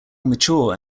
mature